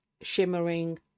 Shimmering